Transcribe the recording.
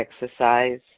exercise